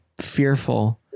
fearful